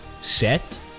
set